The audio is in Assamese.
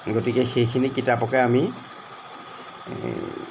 গতিকে সেইখিনি কিতাপকে আমি